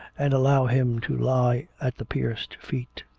and allow him to lie at the pierced feet.